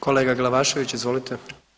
Kolega Glavašević, izvolite.